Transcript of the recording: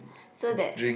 so that